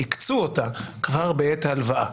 "הקצו" אותה כבר בעת ההלוואה.